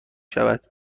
شود